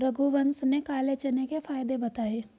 रघुवंश ने काले चने के फ़ायदे बताएँ